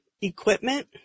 equipment